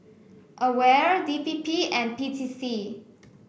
Aware D P P and P T C